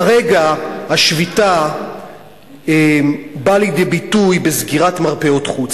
כרגע השביתה באה לידי ביטוי בסגירת מרפאות חוץ.